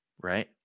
right